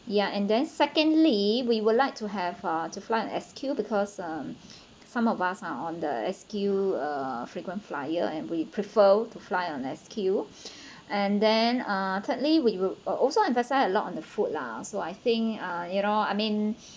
ya and then secondly we would like to have uh to fly on S_Q because um some of us are on the S_Q uh frequent flier and we prefer to fly on S_Q and then uh thirdly we we also emphasize a lot on the food lah so I think uh you know I mean